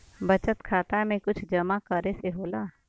बचत खाता मे कुछ जमा करे से होला?